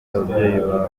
gusa